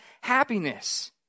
happiness